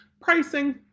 pricing